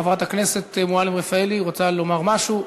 חברת הכנסת מועלם-רפאלי רוצה לומר משהו?